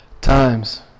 times